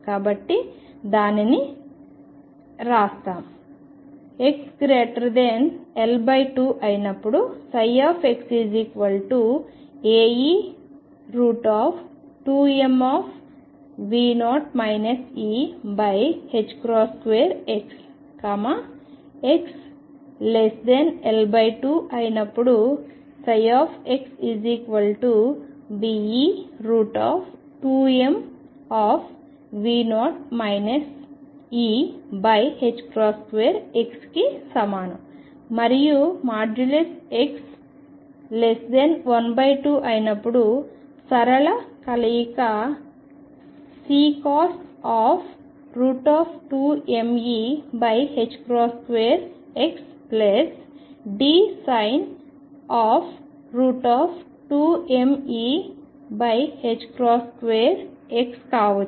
కాబట్టి దానిని రాస్తాం xL2 అయినప్పుడు xAe2m2x xL2 అయినప్పుడు xBe2m2x కి సమానం మరియు xL2 అయినప్పుడు సరళ కలయిక Ccos 2mE2x Dsin 2mE2x కావచ్చు